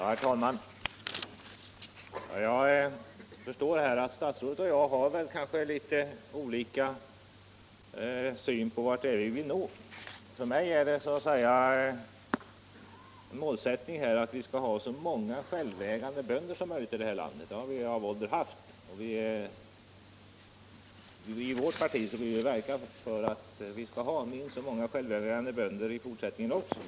Herr talman! Jag förstår att herr statsrådet och jag kanske har litet olika syn på vart vi vill nå. För mig är det en målsättning att vi skall ha så många självägande bönder som möjligt i landet. Det har vi ju av ålder haft, och i vårt parti vill vi verka för att vi skall ha så många självägande bönder i fortsättningen också.